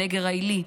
הנגר העילי.